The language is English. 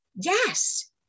yes